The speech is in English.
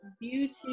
beauty